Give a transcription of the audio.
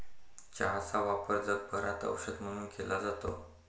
चहाचा वापर जगभरात औषध म्हणून केला जातो